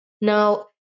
Now